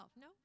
no